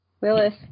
Willis